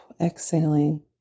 exhaling